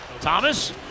Thomas